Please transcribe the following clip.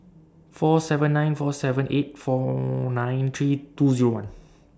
four seven nine four seven eight four nine three two Zero one